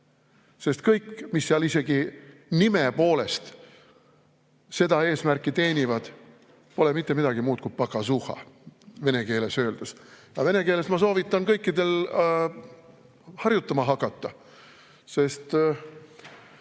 Sest kõik, mis seal isegi nime poolest seda eesmärki teenivad, pole mitte midagi muud kuipokazuhha, vene keeles öeldes. Aga vene keelt soovitan ma kõikidel harjutama hakata, sest